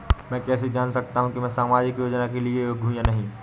मैं कैसे जान सकता हूँ कि मैं सामाजिक योजना के लिए योग्य हूँ या नहीं?